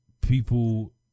people